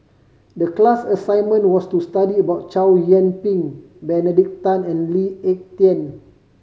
the class assignment was to study about Chow Yian Ping Benedict Tan and Lee Ek Tieng